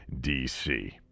dc